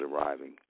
arriving